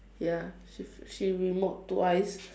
ya she she remod twice